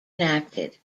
enacted